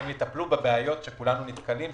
הן יטפלו בבעיות שכולנו נתקלים בהן,